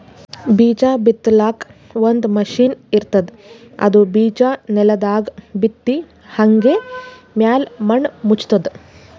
ಬೀಜಾ ಬಿತ್ತಲಾಕ್ ಒಂದ್ ಮಷಿನ್ ಇರ್ತದ್ ಅದು ಬಿಜಾ ನೆಲದಾಗ್ ಬಿತ್ತಿ ಹಂಗೆ ಮ್ಯಾಲ್ ಮಣ್ಣ್ ಮುಚ್ತದ್